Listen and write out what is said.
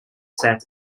set